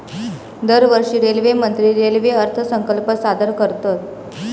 दरवर्षी रेल्वेमंत्री रेल्वे अर्थसंकल्प सादर करतत